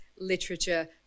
Literature